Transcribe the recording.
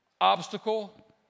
Obstacle